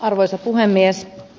arvoisa puhemies